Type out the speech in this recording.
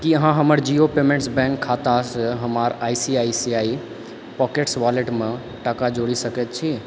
की अहाँ हमर Jio payments bank खातासँ हमर I C I C I pockets वॉलेटमे टाका जोड़ि सकैत छी